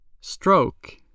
Stroke